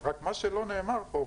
רק מה שלא נאמר פה,